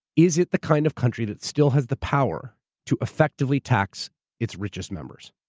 is it the kind of country that still has the power to effectively tax its richest members?